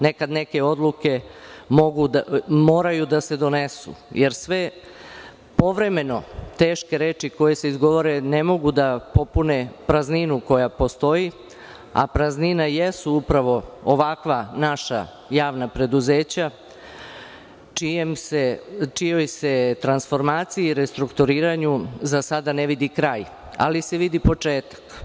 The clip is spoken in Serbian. Nekad neke odluke moraju da se donesu, jer povremeno teške reči koje se izgovore ne mogu da popune prazninu koja postoji, a praznina jesu upravo ovakva naša javna preduzeća, čijoj se transformaciji i restrukturiranju za sada ne vidi kraj, ali se vidi početak.